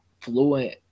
fluent